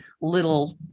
little